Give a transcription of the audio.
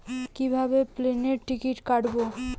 কিভাবে প্লেনের টিকিট কাটব?